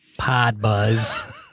PodBuzz